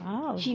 !wow!